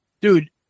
Dude